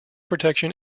protection